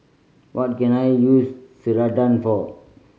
what can I use Ceradan for